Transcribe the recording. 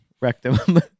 Rectum